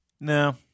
No